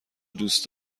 دوست